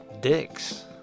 dicks